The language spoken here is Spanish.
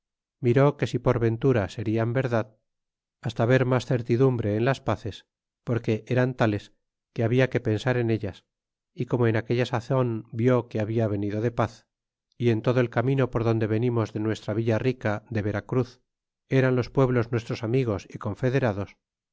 miró que si por ventura serian verdad hasta ver mas certidumbre en las pazes porque eran tales que habia que pensar en ellas y como en aquella sazon rió que habia venido de paz y en todo el camino por donde venimos de nuestra villarica de veracruz eran los pueblos nuestros amigos y confederados